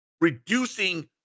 reducing